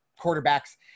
quarterbacks